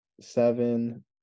seven